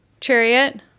chariot